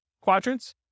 quadrants